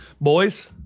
Boys